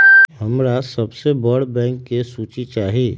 हमरा सबसे बड़ बैंक के सूची चाहि